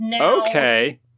Okay